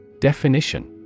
Definition